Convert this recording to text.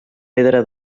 pedra